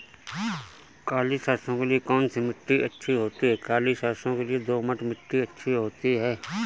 काली सरसो के लिए कौन सी मिट्टी अच्छी होती है?